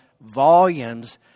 volumes